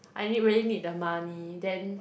I need really need the money then